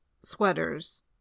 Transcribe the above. sweaters